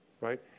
right